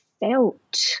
Felt